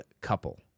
COUPLE